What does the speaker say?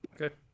Okay